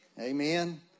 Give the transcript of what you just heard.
Amen